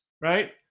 right